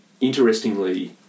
interestingly